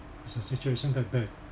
is the situation that bad